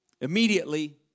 immediately